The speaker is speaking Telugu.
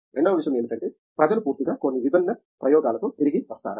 రెండవ విషయం ఏమిటంటే ప్రజలు పూర్తిగా కొత్త విభిన్న ప్రయోగాలతో తిరిగి వస్తారా